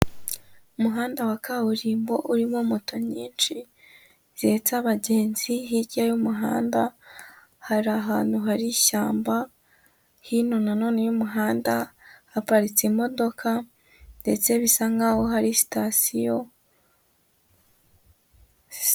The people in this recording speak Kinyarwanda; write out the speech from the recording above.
Umuhanda wa kaburimbo urimo moto nyinshi zihetse abagenzi, hirya y'umuhanda hari ahantu hari ishyamba, hino na none y'umuhanda haparitse imodoka ndetse bisa nkaho hari sitasiyo.